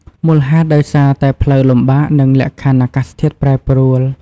មូលហេតុដោយសារតែផ្លូវលំបាក និងលក្ខខណ្ឌអាកាសធាតុប្រែប្រួល។